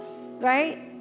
right